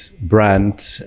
brand